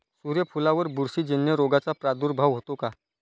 सूर्यफुलावर बुरशीजन्य रोगाचा प्रादुर्भाव होतो का?